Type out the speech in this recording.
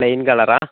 plain colour ആണോ